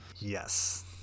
yes